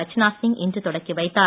ரச்சனாசிங் இன்று தொடக்கிவைத்தார்